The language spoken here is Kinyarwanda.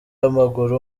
w’amaguru